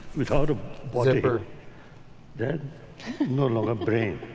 without a body then no longer brain